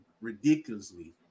ridiculously